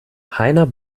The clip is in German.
heiner